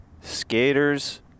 skaters